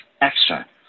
extra